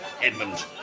Edmund